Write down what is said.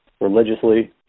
religiously